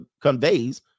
conveys